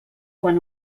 quan